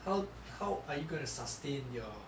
how how are you going to sustain your